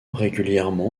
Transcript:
régulièrement